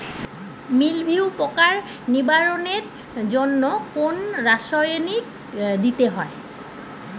মিলভিউ পোকার নিবারণের জন্য কোন রাসায়নিক দিতে হয়?